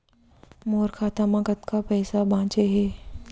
मोर खाता मा कतका पइसा बांचे हे?